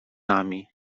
nimi